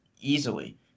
easily